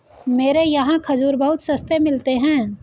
मेरे यहाँ खजूर बहुत सस्ते मिलते हैं